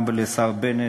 וגם לשר בנט,